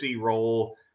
role